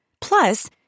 Plus